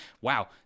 wow